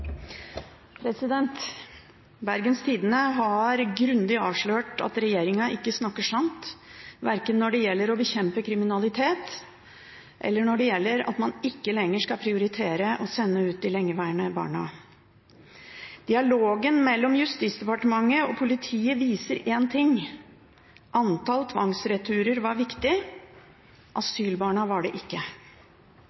Bergens Tidende har grundig avslørt at regjeringen ikke snakker sant verken når det gjelder å bekjempe kriminalitet, eller når det gjelder at man ikke lenger skal prioritere å sende ut de lengeværende barna. Dialogen mellom Justisdepartementet og politiet viser én ting: Antall tvangsreturer var viktig, asylbarna var det ikke.